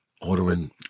ordering